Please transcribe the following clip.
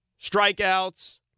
strikeouts